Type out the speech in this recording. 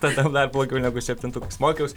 tada dar blogiau negu septintukais mokiaus